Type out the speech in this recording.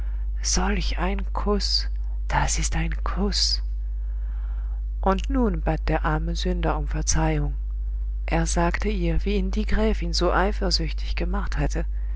solch ein kuß das ist ein kuß und nun bat der arme sünder um verzeihung er sagte ihr wie ihn die gräfin so eifersüchtig gemacht hatte